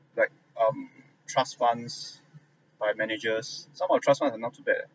like um trust funds by managers some of the trust fund are not too bad eh